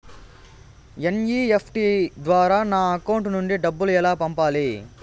NEFT ద్వారా నా account నుండి డబ్బులు ఎలా పంపాలి